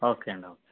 okay అండి okay